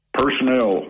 personnel